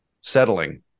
settling